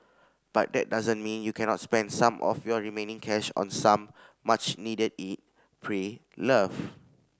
but that doesn't mean you cannot spend some of your remaining cash on some much needed eat pray love